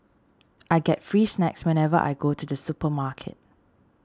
I get free snacks whenever I go to the supermarket